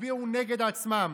יצביעו נגד עצמם.